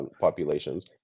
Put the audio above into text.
populations